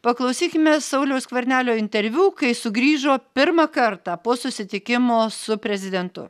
paklausykime sauliaus skvernelio interviu kai sugrįžo pirmą kartą po susitikimo su prezidentu